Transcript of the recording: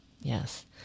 Yes